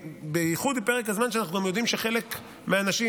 בייחוד בפרק הזמן שאנחנו גם יודעים שחלק מהאנשים